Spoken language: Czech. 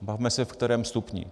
Bavme se, v kterém stupni.